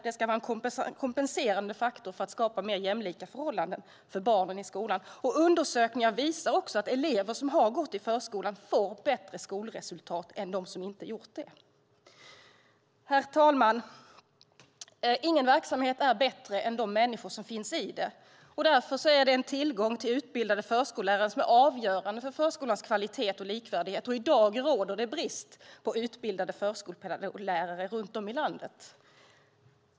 Den ska vara en kompenserande faktor för att skapa mer jämlika förhållanden för barnen i skolan. Undersökningar visar att elever som har gått i förskolan får bättre skolresultat än de som inte har gjort det. Herr talman! Ingen verksamhet är bättre än de människor som finns i den. Därför är tillgången till utbildade förskollärare avgörande för förskolans kvalitet och likvärdighet. I dag råder det brist på utbildade förskollärare runt om i landet.